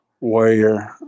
Warrior